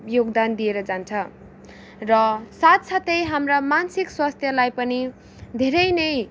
योगदान दिएर जान्छ र साथ साथै हाम्रा मान्सिक स्वास्थ्यलाई पनि धेरै नै